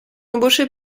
embauché